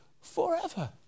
forever